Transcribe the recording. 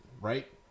right